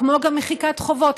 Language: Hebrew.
כמו גם מחיקת חובות,